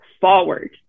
forward